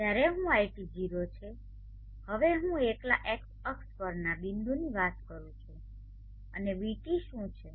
જ્યારે હું iT 0 છે હવે હું એકલા એક્સ અક્ષ પરના બિંદુની વાત કરું છું અને vT શું છે